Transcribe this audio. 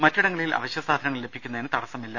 മറ്റിടങ്ങളിൽ അവശ്യസാധനങ്ങൾ ലഭിക്കുന്നതിന് തടസ്സമില്ല